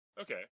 okay